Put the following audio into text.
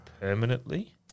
permanently